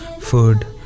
food